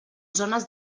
zones